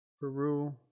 peru